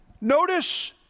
Notice